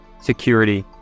security